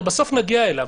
הרי בסוף נגיע אליו,